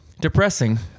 Depressing